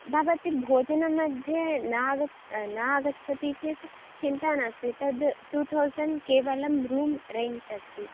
भवती भोजनमध्ये ना गच् नागच्छति चेत् चिन्ता नास्ति तद् टु थौसण्ड् केवलं रूम् रेण्ट् अस्ति